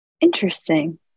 Interesting